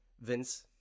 Vince